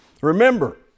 Remember